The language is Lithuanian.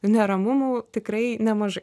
neramumų tikrai nemažai